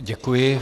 Děkuji.